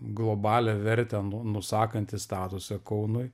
globalią vertę nusakantį statusą kaunui